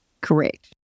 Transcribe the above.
Correct